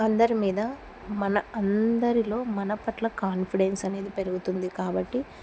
అందరి మీద మన అందరిలో మన పట్ల కాన్ఫిడెన్స్ అనేది పెరుగుతుంది కాబట్టి